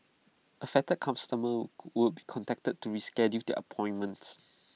affected customers would be contacted to reschedule their appointments